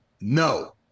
No